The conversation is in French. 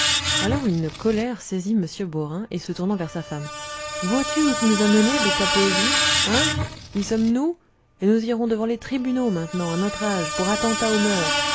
alors une colère saisit m beaurain et se tournant vers sa femme vois-tu où tu nous as menés avec ta poésie hein y sommes-nous et nous irons devant les tribunaux maintenant à notre âge pour attentat aux moeurs